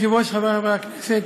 אדוני היושב-ראש, חברי חברי הכנסת,